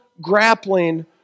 grappling